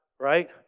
Right